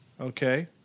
okay